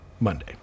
Monday